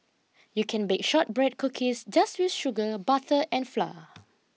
you can bake shortbread cookies just with sugar butter and flour